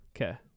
Okay